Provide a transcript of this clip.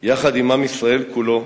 יחד עם בית ישראל כולו